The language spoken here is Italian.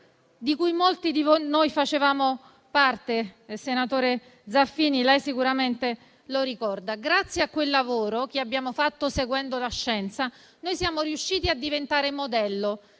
di cui molti di noi facevano parte. Senatore Zaffini, lei sicuramente lo ricorda. Grazie a quel lavoro, che abbiamo fatto seguendo la scienza, siamo riusciti a diventare un modello